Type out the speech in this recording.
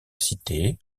cité